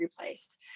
replaced